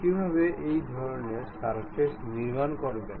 কিভাবে এই ধরনের সারফেস নির্মাণ করবেন